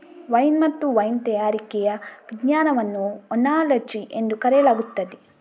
wine ಮತ್ತು wine ತಯಾರಿಕೆಯ ವಿಜ್ಞಾನವನ್ನು ಓನಾಲಜಿ ಎಂದು ಕರೆಯಲಾಗುತ್ತದೆ